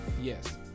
yes